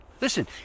Listen